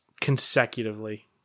consecutively